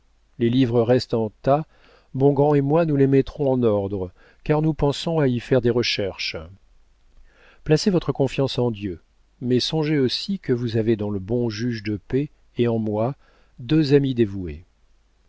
les livres restent en tas bongrand et moi nous les mettrons en ordre car nous pensons à y faire des recherches placez votre confiance en dieu mais songez aussi que vous avez dans le bon juge de paix et en moi deux amis dévoués